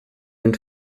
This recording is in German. den